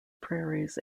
prairies